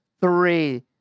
three